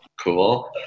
cool